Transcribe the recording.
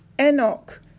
Enoch